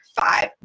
five